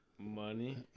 Money